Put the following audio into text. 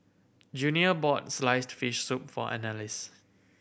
Junior bought sliced fish soup for Annalise